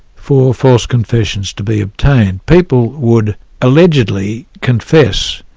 for forced confessions to be obtained. people would allegedly confess,